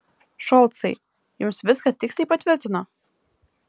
šolcai jums viską tiksliai patvirtino